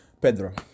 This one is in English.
Pedro